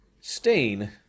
Stain